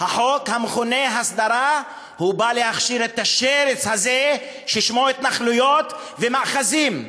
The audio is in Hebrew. החוק המכונה "הסדרה" בא להכשיר את השרץ הזה ששמו התנחלויות ומאחזים.